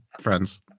friends